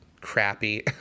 crappy